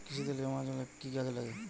কৃষি তে নেমাজল এফ কি কাজে দেয়?